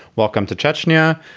welcome to chechnya,